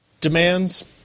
demands